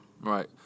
Right